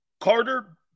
Carter